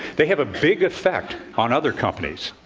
they have a big effect on other companies.